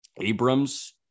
Abrams